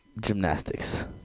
Gymnastics